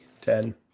Ten